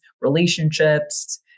relationships